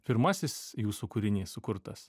pirmasis jūsų kūrinys sukurtas